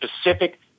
specific